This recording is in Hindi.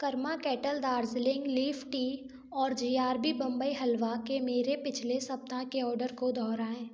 Karma Kettle Darjeeling leaf tea और J R B Bombay halwa के मेरे पिछले सप्ताह के ऑर्डर को दोहराएँ